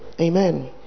Amen